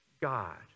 God